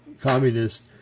communist